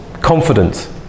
confident